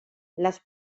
les